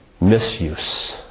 misuse